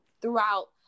throughout